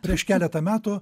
prieš keletą metų